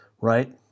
right